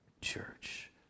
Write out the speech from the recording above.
church